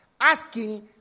Asking